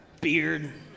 beard